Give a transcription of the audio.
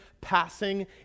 passing